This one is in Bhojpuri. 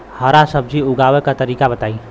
हरा सब्जी उगाव का तरीका बताई?